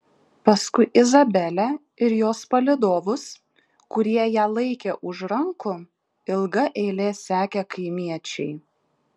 paskui izabelę ir jos palydovus kurie ją laikė už rankų ilga eile sekė kaimiečiai